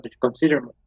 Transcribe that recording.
consider